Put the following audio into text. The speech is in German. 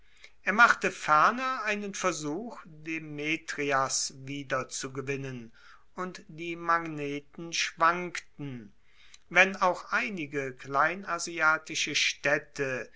er machte ferner einen versuch demetrias wieder zu gewinnen und die magneten schwankten wenn auch einige kleinasiatische staedte